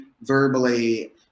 verbally